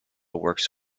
works